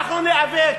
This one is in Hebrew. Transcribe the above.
אנחנו ניאבק